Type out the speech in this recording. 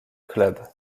club